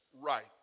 right